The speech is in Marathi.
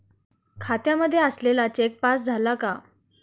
खात्यामध्ये आलेला चेक पास झाला का?